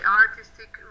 artistic